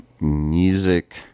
music